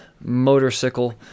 motorcycle